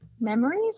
memories